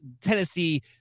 Tennessee